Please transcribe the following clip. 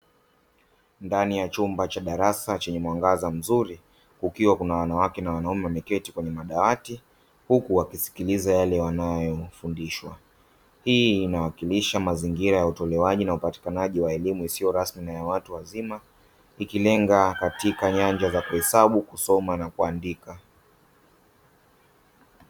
Ndani ya chumba cha darasa chenye mwangaza mzuri kukiwa kuna wanawake na wanaume wameketi kwenye madawati huku wakisikiliza yale wanayofundishwa. Hii inawakilisha mazingira ya utolewaji na upatikanaji wa elimu isiyo rasmi ya watu wazima ikilenga katika nyanja za kuhesabu, kusoma na kuandika.